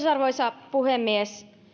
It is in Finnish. arvoisa puhemies